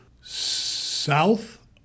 south